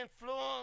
influence